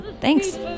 Thanks